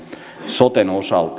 soten osalta